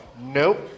Nope